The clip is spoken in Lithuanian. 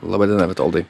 laba diena vitoldai